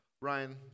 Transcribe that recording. Ryan